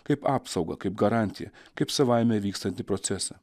kaip apsaugą kaip garantiją kaip savaime vykstantį procesą